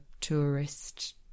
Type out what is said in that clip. tourist